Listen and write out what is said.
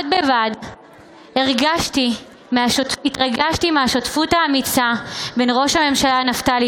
בד בבד התרגשתי מהשותפות האמיצה בין ראש הממשלה נפתלי